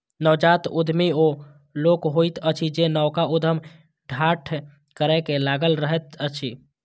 नवजात उद्यमी ओ लोक होइत अछि जे नवका उद्यम ठाढ़ करै मे लागल रहैत अछि